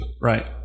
Right